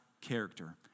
character